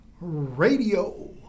Radio